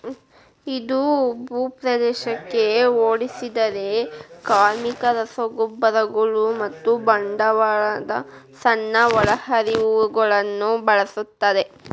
ಇದು ಭೂಪ್ರದೇಶಕ್ಕೆ ಹೋಲಿಸಿದರೆ ಕಾರ್ಮಿಕ, ರಸಗೊಬ್ಬರಗಳು ಮತ್ತು ಬಂಡವಾಳದ ಸಣ್ಣ ಒಳಹರಿವುಗಳನ್ನು ಬಳಸುತ್ತದೆ